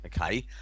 okay